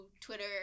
Twitter